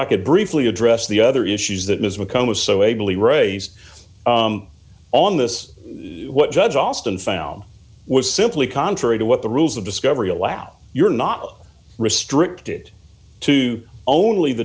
i could briefly address the other issues that ms mccomas so ably raised on this what judge alston found was simply contrary to what the rules of discovery allow you're not restricted to only the